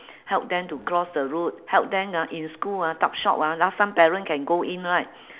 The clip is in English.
help them to cross the road help them ah in school ah tuck shop ah last time parent can go in right